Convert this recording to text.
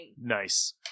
Nice